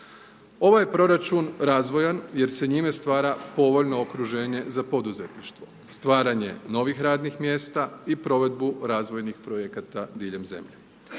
Ovaj je proračun razvojan jer se njime stvara povoljno okruženje za poduzetništvo, stvaranje novih radnih mjesta i provedbu razvojnih projekata diljem zemlje.